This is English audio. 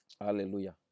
Hallelujah